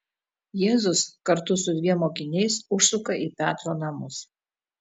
jėzus kartu su dviem mokiniais užsuka į petro namus